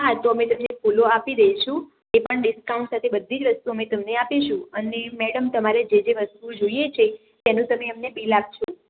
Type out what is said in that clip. હા તો અમે તમને ફૂલો આપી દઈશું એ પણ ડિસ્કાઉન્ટ સાથે બધીજ વસ્તુ અમે તમને આપીશું અને મેડમ તમારે જે જે વસ્તુઓ જોઈએ છે તેનું તમે અમને બીલ આપજો